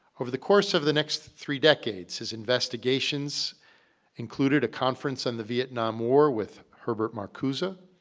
over the course of the next three decades, his investigations included a conference on the vietnam war, with herbert marcuse,